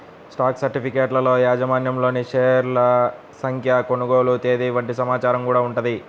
stock సర్టిఫికెట్లలో యాజమాన్యంలోని షేర్ల సంఖ్య, కొనుగోలు తేదీ వంటి సమాచారం గూడా ఉంటది